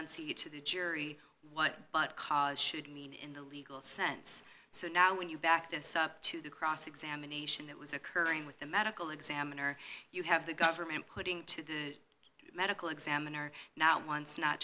then see it to the jury what should mean in the legal sense so now when you back this up to the cross examination that was occurring with the medical examiner you have the government putting to the medical examiner not once not